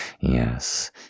Yes